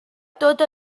tot